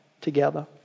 together